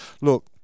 look